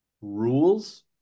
rules